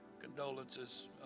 Condolences